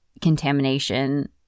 contamination